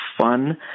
fun